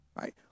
right